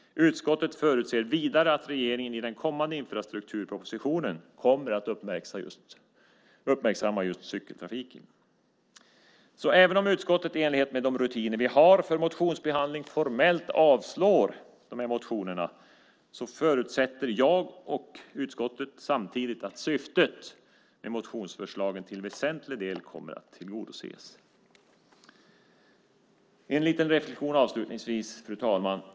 Utskottet förutser vidare att regeringen i den kommande infrastrukturpropositionen kommer att uppmärksamma just cykeltrafiken. Så även om utskottet i enlighet med de rutiner vi har för motionsbehandling formellt avstyrker de här motionerna förutsätter jag och utskottet samtidigt att syftet med motionsförslagen till väsentlig del kommer att tillgodoses. Jag har en liten reflexion avslutningsvis, fru talman.